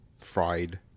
fried